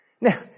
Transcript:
Now